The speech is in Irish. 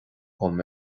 dom